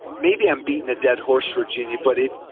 maybe i'm beating a dead horse, virginia. but if.